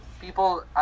People